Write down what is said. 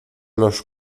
los